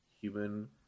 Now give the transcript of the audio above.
human